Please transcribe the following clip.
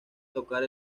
tocar